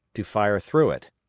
to fire through it.